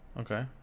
okay